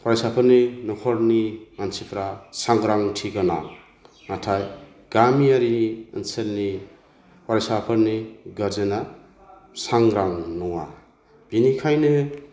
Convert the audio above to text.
फरायसाफोरनि नखरनि मानसिफ्रा साग्रांथि गोनां नाथाय गामियारिनि ओनसोलनि फरायसाफोरनि गारजेना सांग्रां नङा बिनिखायनो